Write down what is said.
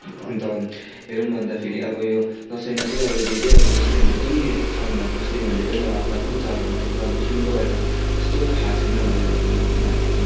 अन्त हेरौँ पनि भन्दाखेरि अब यो दसैँमा चाहिँ अब धेरै अब मुस्लिमहरू पनि छन् अब मुस्लिमहरूले पनि अब आफ्नो आफ्नो चाडहरू मानिन्छ अब मुस्लिमको बारेमा चाहिँ त्यस्तो थाहा छैन मलाई अब उनीहरूको